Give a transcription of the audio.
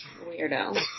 weirdo